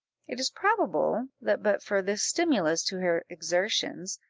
it is probable that but for this stimulus to her exertions,